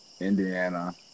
Indiana